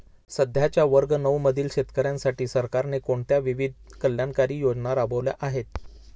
सध्याच्या वर्ग नऊ मधील शेतकऱ्यांसाठी सरकारने कोणत्या विविध कल्याणकारी योजना राबवल्या आहेत?